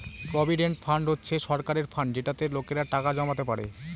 provident fund হচ্ছে সরকারের fund যেটাতে লোকেরা টাকা জমাতে পারে